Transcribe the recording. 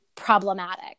problematic